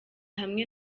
hamwe